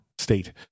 state